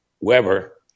Weber